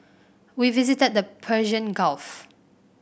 we visited the Persian Gulf